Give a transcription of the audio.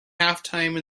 halftime